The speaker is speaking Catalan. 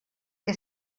què